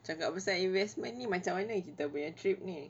cakap pasal investment ni macam mana kita punya trip ni